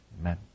Amen